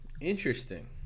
Interesting